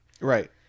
Right